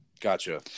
Gotcha